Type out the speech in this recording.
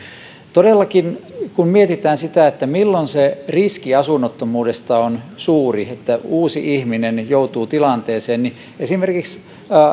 todellakin kun mietitään sitä milloin riski asunnottomuudesta siitä että uusi ihminen joutuu siihen tilanteeseen on suuri niin esimerkiksi